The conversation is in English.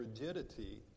rigidity